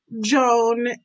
Joan